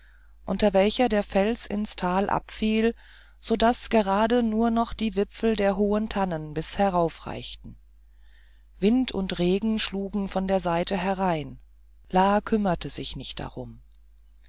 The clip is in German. unter welcher der fels ins tal abfiel so daß gerade nur noch die wipfel der hohen tannen bis herauf reichten wind und regen schlugen von der seite herein la kümmerte sich nicht darum